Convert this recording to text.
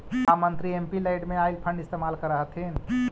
का मंत्री एमपीलैड में आईल फंड इस्तेमाल करअ हथीन